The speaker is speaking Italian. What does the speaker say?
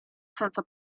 senza